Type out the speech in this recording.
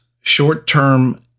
short-term